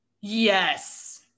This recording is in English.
Yes